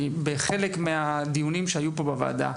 כי בחלק מהדיונים שהיו פה בוועדה,